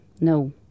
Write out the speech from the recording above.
No